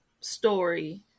story